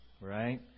Right